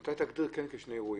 מתי תגדיר את זה כשני אירועים?